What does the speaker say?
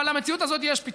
אבל למציאות הזאת יש פתרון,